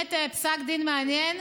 באמת פסק דין מעניין,